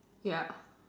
ya